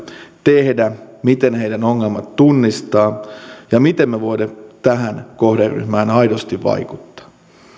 tehdä miten heidän ongelmansa tunnistaa ja miten me voimme tähän kohderyhmään aidosti vaikuttaa